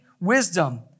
wisdom